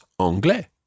Anglais